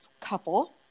couple